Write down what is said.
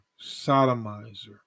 sodomizer